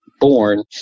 born